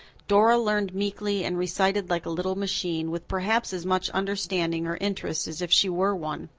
dora learned meekly and recited like a little machine, with perhaps as much understanding or interest as if she were one.